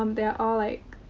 um. they are all, like,